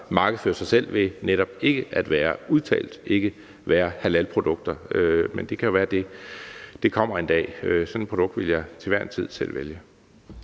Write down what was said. markedsfører sig selv ved netop ikke at være halalprodukter, men det kan jo være, at det kommer en dag. Sådan et produkt ville jeg til hver en tid selv vælge.